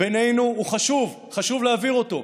בינינו הוא חשוב, חשוב להבהיר אותו.